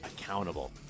accountable